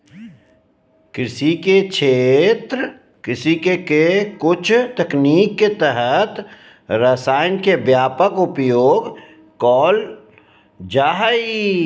कृषि क्षेत्र के कुछ तकनीक के तहत रसायन के व्यापक उपयोग कैल जा हइ